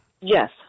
Yes